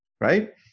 right